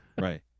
Right